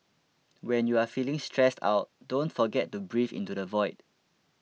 when you are feeling stressed out don't forget to breathe into the void